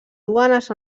duanes